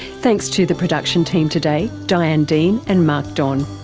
thanks to the production team today, diane dean and mark don.